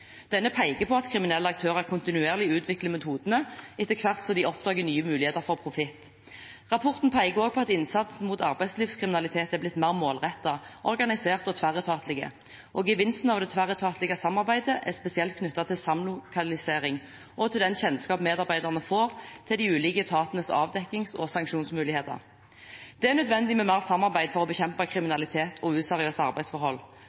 Denne peker på at kriminelle aktører kontinuerlig utvikler metodene etter hvert som de oppdager nye muligheter for profitt. Rapporten peker også på at innsatsen mot arbeidslivskriminalitet er blitt mer målrettet, organisert og tverretatlig. Gevinstene av det tverretatlige samarbeidet er spesielt knyttet til samlokalisering og til den kjennskap medarbeiderne får til de ulike etatenes avdekkings- og sanksjonsmuligheter. Det er nødvendig med mer samarbeid for å bekjempe kriminalitet og useriøse arbeidsforhold,